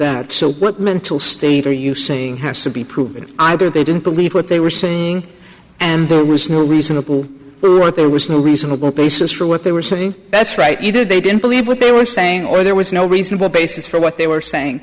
that so what mental state are you saying has to be proven either they didn't believe what they were saying and there was no reasonable were right there was no reasonable basis for what they were saying that's right either they didn't believe what they were saying or there was no reasonable basis for what they were saying